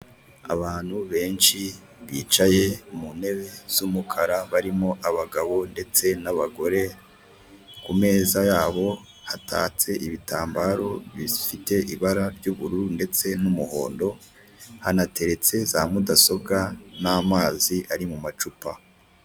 Abantu benshi bicaye mu ntebe z'umukara barimo abagabo ndetse n'abagore ku meza yabo hatatse ibitambaro bifite ibara ry'ubururu ndetse n'umuhondo, hanateretse za mudasobwa n'amazi ari mu macupa.